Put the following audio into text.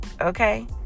Okay